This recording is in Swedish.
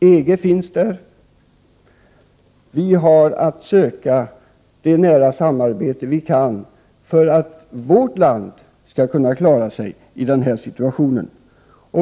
EG finns där, och vi har att söka ett så nära samarbete vi kan för att vårt land skall kunna klara sig i denna situation.